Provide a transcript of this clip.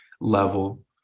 level